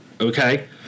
okay